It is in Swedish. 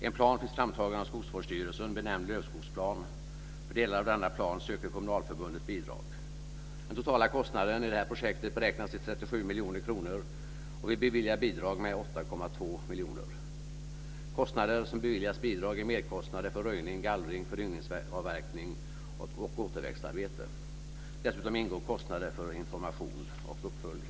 En plan finns framtagen av För delar av denna plan söker Kommunalförbundet bidrag. Den totala kostnaden i det här projektet beräknas till 37 miljoner kronor, och vi beviljar bidrag med 8,2 miljoner. Kostnader som beviljas bidrag är merkostnader för röjning, gallring, föryngringsavverkning och återväxtarbete. Dessutom ingår kostnader för information och uppföljning.